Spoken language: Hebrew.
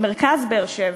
את מרכז באר-שבע.